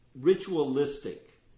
ritualistic